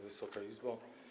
Wysoka Izbo!